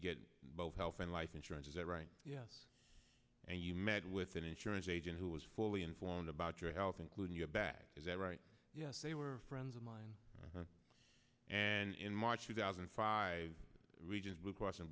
get both health and life insurance is that right yes and you met with an insurance agent who was fully informed about your health including your back is that right yes they were friends of mine and in march two thousand and five regions blue cross